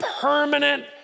permanent